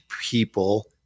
people